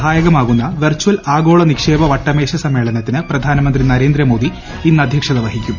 സഹായകമാകുന്ന വെർച്ചൽ ആഗോള നിക്ഷേപക വട്ടമേശ സമ്മേളനത്തിന് പ്രധാനമന്ത്രി നരേന്ദ്രമോദി ഇന്ന് അദ്ധ്യക്ഷത വഹിക്കും